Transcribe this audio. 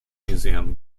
museum